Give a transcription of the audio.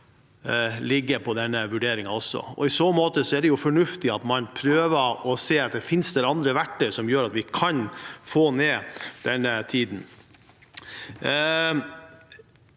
ligge i denne vurderingen. I så måte er det fornuftig at man prøver å se om det finnes andre verktøy som gjør at vi kan få ned den tiden.